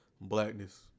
blackness